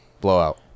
Blowout